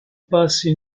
passent